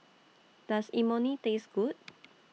Does Imoni Taste Good